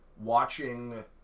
watching